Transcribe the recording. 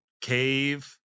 cave